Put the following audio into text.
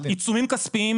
עיצומים כספיים,